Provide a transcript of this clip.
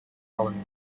calling